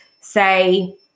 say